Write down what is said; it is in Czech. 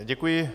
Děkuji.